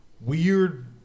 weird